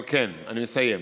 אני מסיים.